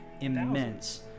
immense